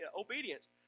obedience